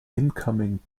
incoming